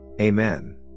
Amen